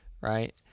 Right